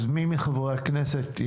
אז מי מחברי הכנסת,